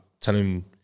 telling